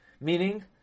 Meaning